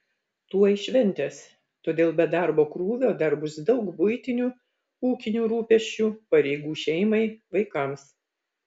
tuoj šventės todėl be darbo krūvio dar bus daug buitinių ūkinių rūpesčių pareigų šeimai vaikams